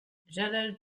jalal